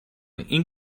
این